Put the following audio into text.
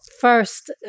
first